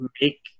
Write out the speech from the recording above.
make